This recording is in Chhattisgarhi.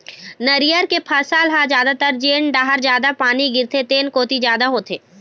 नरियर के फसल ह जादातर जेन डहर जादा पानी गिरथे तेन कोती जादा होथे